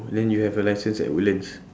then you have your license at woodlands